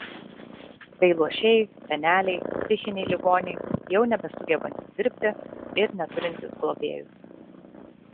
tai luošiai seneliai psichiniai ligoniai jau nebesugebantys dirbti ir neturintys globėjų